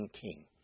king